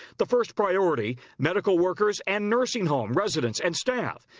the first priority medical workers and nursing home residents and staff.